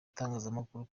itangazamakuru